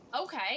Okay